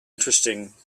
interesting